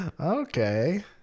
Okay